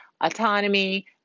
autonomy